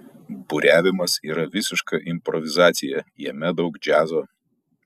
buriavimas yra visiška improvizacija jame daug džiazo